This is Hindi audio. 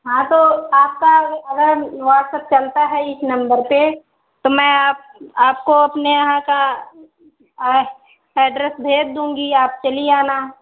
हाँ तो आपका अगर व्हाटसप चलता है इस नंबर पर तो मैं आप आपको अपने यहाँ का एड्रैस भेज दूँगी आप चली आना